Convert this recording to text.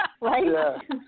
Right